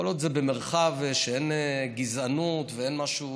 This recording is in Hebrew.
כל עוד זה במרחב שאין גזענות ואין משהו